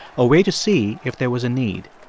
a way to see if there was a need.